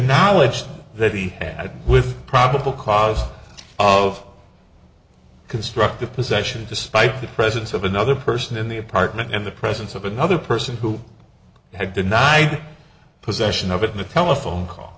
knowledge that he had with probable cause of constructive possession despite the presence of another person in the apartment and the presence of another person who had denied possession of it in a telephone call